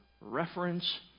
Reference